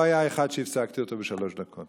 לא היה אחד שהפסקתי אותו בשלוש דקות,